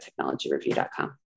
technologyreview.com